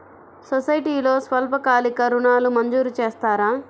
సొసైటీలో స్వల్పకాలిక ఋణాలు మంజూరు చేస్తారా?